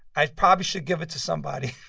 i probably should give it to somebody.